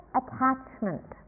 attachment